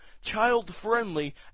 child-friendly